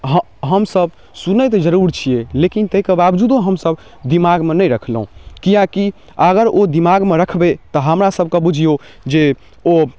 ह हमसब सुनै तऽ जरूर छियै लेकिन ताहिके बाबजूदो हमसब दिमागमे नहि रखलहुँ किआकि अगर ओ दिमागमे रखबै तऽ हमरा सबकेँ बुझिऔ जे ओ